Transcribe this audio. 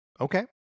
Okay